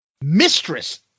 Mistress